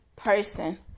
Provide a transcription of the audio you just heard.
person